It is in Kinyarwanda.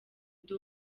ndi